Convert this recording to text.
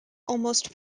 almost